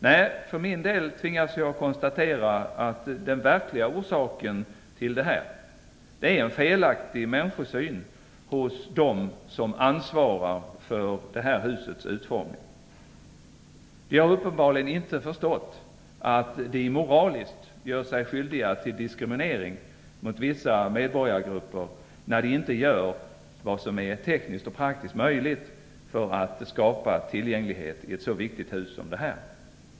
Nej, för min del tvingas jag konstatera att den verkliga orsaken är en felaktig människosyn hos dem som ansvarar för det här husets utformning. De har uppenbarligen inte förstått att de moraliskt gör sig skyldiga till diskriminering mot vissa medborgargrupper när de inte gör vad som är tekniskt och praktiskt möjligt för att skapa tillgänglighet i ett så viktigt hus som det här.